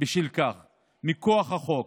בשל כך מכוח החוק.